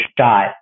shot